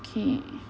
okay